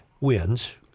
wins